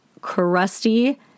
crusty